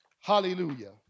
Hallelujah